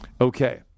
Okay